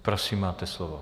Prosím, máte slovo.